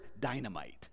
dynamite